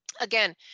Again